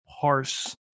parse